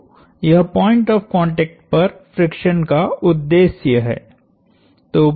तो यह point of contact पर फ्रिक्शन का उद्देश्य है